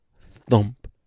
thump